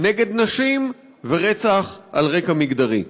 נגד נשים ורצח על רקע מגדרי.